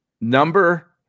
Number